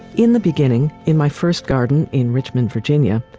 in the beginning, in my first garden in richmond, virginia,